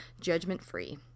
judgment-free